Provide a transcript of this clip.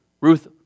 Ruth